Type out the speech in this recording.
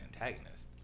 antagonist